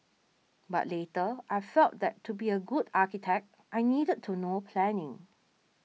but later I felt that to be a good architect I needed to know planning